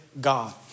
God